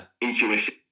intuition